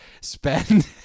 spend